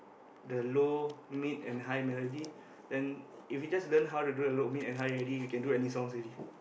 the low mid and high melody then if you just learn how to do the low mid and high already you can do any songs already